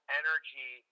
energy